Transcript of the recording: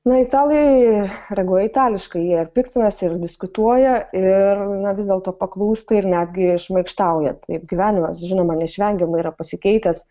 na italai reaguoja itališkai jie piktinasi ir diskutuoja ir vis dėlto paklūsta ir netgi šmaikštauja taip gyvenimas žinoma neišvengiamai yra pasikeitęs